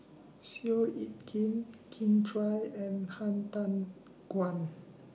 Seow Yit Kin Kin Chui and Han Tan Juan